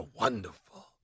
wonderful